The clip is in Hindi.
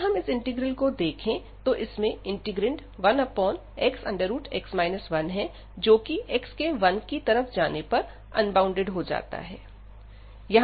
अगर हम इस इंटीग्रल को देखें तो इसमें इंटीग्रैंड 1xx 1है जो कि x के 1 की तरफ जाने पर अनबॉउंडेड हो जाता है